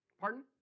Pardon